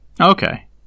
Okay